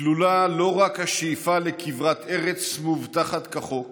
כלולה לא רק השאיפה לכברת ארץ מובטחת כחוק